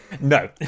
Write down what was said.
No